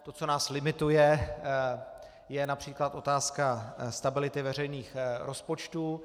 To, co nás limituje, je např. otázka stability veřejných rozpočtů.